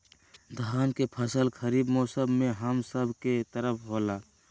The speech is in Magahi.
धान के फसल खरीफ मौसम में हम सब के तरफ होला